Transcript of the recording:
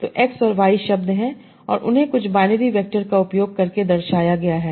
तो एक्स और वाई शब्द हैं और उन्हें कुछ बाइनरी वैक्टर का उपयोग करके दर्शाया गया है